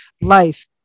life